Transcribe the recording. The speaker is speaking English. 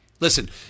Listen